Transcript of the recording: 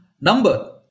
number